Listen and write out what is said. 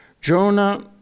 Jonah